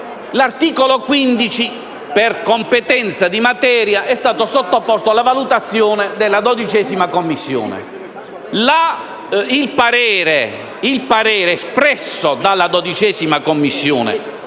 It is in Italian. L'articolo 15 per competenza di materia è stato sottoposto alla valutazione della 12a Commissione. Nel parere espresso dalla 12a Commissione,